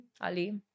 Ali